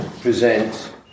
present